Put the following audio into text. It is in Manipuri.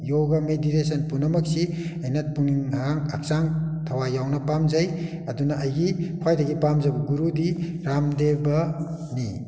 ꯌꯣꯒꯥ ꯃꯦꯗꯤꯇꯦꯁꯟ ꯄꯨꯝꯅꯃꯛꯁꯤ ꯑꯩꯅ ꯄꯨꯛꯅꯤꯡ ꯍꯛꯆꯥꯡ ꯊꯋꯥꯏ ꯌꯥꯎꯅ ꯄꯥꯝꯖꯩ ꯑꯗꯨꯅ ꯑꯩꯒꯤ ꯈ꯭ꯋꯥꯏꯗꯒꯤ ꯄꯥꯝꯖꯕ ꯒꯨꯔꯨꯗꯤ ꯔꯥꯝ ꯗꯦꯕꯅꯤ